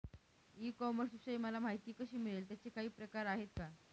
E कॉमर्सविषयी मला माहिती कशी मिळेल? त्याचे काही प्रकार आहेत का?